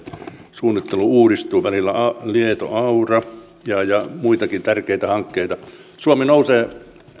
suunnittelu uudistuu välillä lieto aura ja ja on muitakin tärkeitä hankkeita suomi nousee